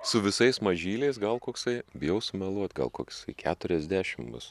su visais mažyliais gal koksai bijau sumeluot gal koks keturiasdešim bus